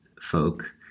folk